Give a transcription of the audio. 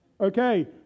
Okay